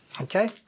Okay